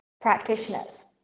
practitioners